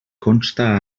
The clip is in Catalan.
consta